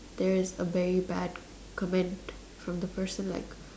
there is a very bad comment from the person like